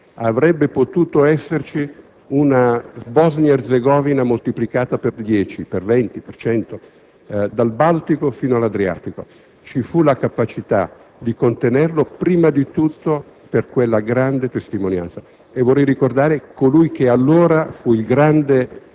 Avrebbe potuto esserci una Bosnia-Erzegovina moltiplicata per 10, 20, 100 dal Baltico fino all'Adriatico; ci fu la capacità di contenerla, prima di tutto per quella grande testimonianza. Vorrei ricordare colui che allora fu il grande